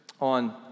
on